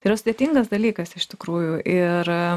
yra sudėtingas dalykas iš tikrųjų ir